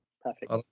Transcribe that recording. perfect